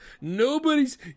nobody's